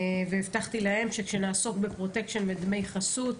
הבטחתי להם שכשנעסוק בפרוטקשן ודמי חסות,